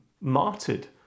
martyred